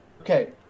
Okay